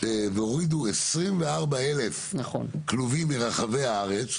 והורידו 24 אלף כלובים מרחבי הארץ,